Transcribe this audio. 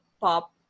pop